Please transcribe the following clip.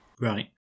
Right